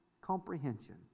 comprehension